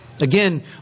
Again